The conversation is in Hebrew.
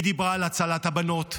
היא דיברה על הצלת הבנות,